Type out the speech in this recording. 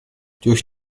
durch